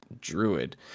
Druid